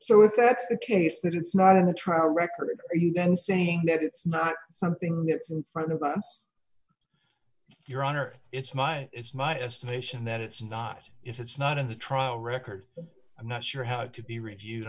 so if that's the case that it's not in the trial record for you then saying that it's not something that's in front of your honor it's my it's my estimation that it's not if it's not in the trial record i'm not sure how it could be reviewed